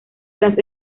tras